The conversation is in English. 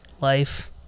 life